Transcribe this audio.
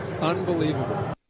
Unbelievable